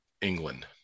england